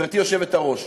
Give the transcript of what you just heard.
גברתי היושבת-ראש.